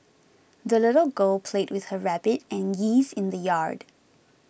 the little girl played with her rabbit and geese in the yard